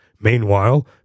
Meanwhile